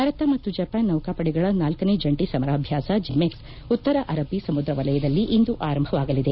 ಭಾರತ ಮತ್ತು ಜಪಾನ್ ನೌಕಾಪಡೆಗಳ ನಾಲ್ಲನೇ ಜಂಟಿ ಸಮರಾಭ್ಯಾಸ ಜಿಮೆಕ್ ಉತ್ತರ ಅರಭೀ ಸಮುದ್ರ ವಲಯದಲ್ಲಿ ಇಂದು ಆರಂಭವಾಗಲಿದೆ